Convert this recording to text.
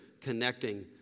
connecting